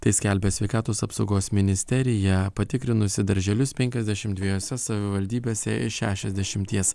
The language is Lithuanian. tai skelbia sveikatos apsaugos ministerija patikrinusi darželius penkiasdešim dviejose savivaldybėse iš šešiasdešimies